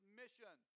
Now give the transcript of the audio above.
mission